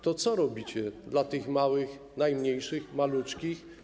To co robicie dla tych małych, najmniejszych, maluczkich?